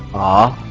ah,